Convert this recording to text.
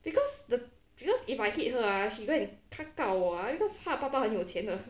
because the because if I hit her ah she go and 他告我 ah because 他爸爸很有钱的